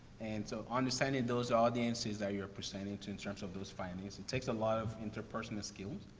and so understanding those audiences that you are presenting to in terms of those findings, it takes a lot of interpersonal skills,